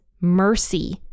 mercy